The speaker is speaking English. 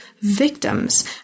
victims